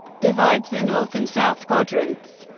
divides the north and south quadrants.